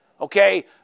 okay